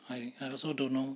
I I also don't know